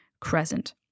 crescent